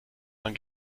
man